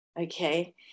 okay